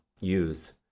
use